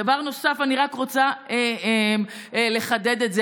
דבר נוסף, אני רק רוצה לחדד את זה.